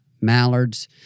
mallards